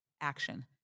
action